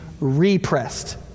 repressed